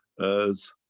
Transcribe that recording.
as